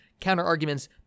counter-arguments